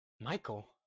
Michael